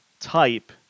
type